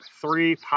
three